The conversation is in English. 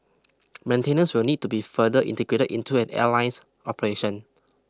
maintenance will need to be further integrated into an airline's operation